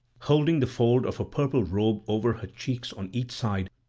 holding the fold of her purple robe over her cheeks on each side,